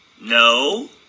No